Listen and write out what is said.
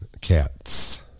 cats